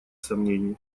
сомнений